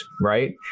right